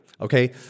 okay